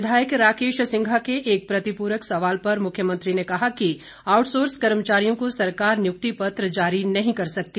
विधायक राकेश सिंघा के एक प्रतिप्रक सवाल पर मुख्यमंत्री ने कहा कि आउटसोर्स कर्मचारियों को सरकार नियुक्ति पत्र जारी नहीं कर सकती